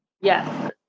Yes